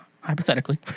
Hypothetically